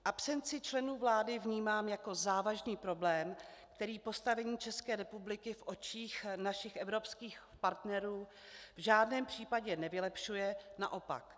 Absenci členů vlády vnímám jako závažný problém, který postavení České republiky v očích našich evropských partnerů v žádném případě nevylepšuje, naopak.